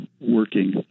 working